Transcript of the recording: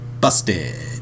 Busted